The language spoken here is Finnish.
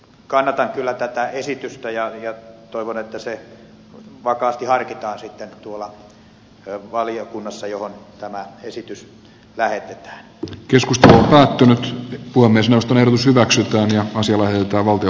kannatan kyllä tätä esitystä ja toivon että sitä vakaasti harkitaan sitten tuolla valiokunnassa johon tämä esitys lähetetään keskustelee päättynyt tuo myös jos tulehdus hyväksytään se on sellainen että valtio